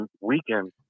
weekend